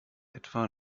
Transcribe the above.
etwa